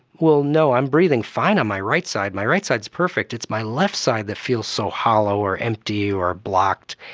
well, no, i'm breathing fine on my right side, my right side is perfect, it's my left side that feels so hollow or empty or blocked.